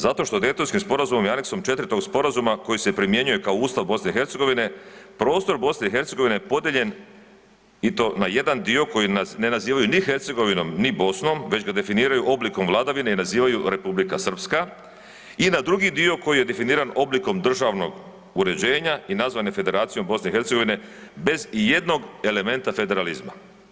Zato što Daytonskim sporazumom i aneksom 4. tog sporazuma koji se primjenjuje kao Ustav BiH, prostor BiH je podijeljen i to na jedan dio koji ne nazivaju ni Hercegovinom ni Bosnom već ga definiraju oblikom vladavine i nazivaju Republika Srpska i na drugi dio koji je definiran oblikom državnog uređenja i nazvan je Federacijom BiH bez ijednog elementa federalizma.